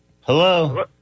Hello